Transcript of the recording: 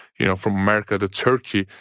you know from america to turkey,